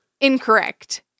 Incorrect